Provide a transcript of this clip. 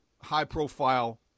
high-profile